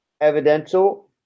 evidential